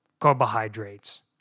carbohydrates